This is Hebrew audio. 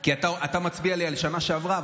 כי אתה מצביע לי על שנה שעברה,